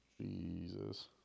Jesus